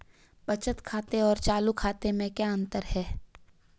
बचत खाते और चालू खाते में क्या अंतर है?